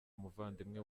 umuvandimwe